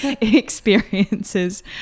experiences